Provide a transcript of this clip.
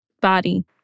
body